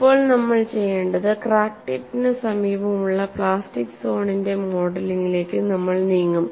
ഇപ്പോൾ നമ്മൾ ചെയ്യേണ്ടത് ക്രാക്ക് ടിപ്പിന് സമീപമുള്ള പ്ലാസ്റ്റിക് സോണിന്റെ മോഡലിംഗിലേക്ക് നമ്മൾ നീങ്ങും